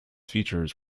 features